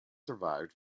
survived